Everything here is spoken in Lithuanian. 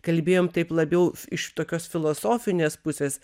kalbėjom taip labiau iš tokios filosofinės pusės